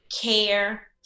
care